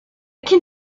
can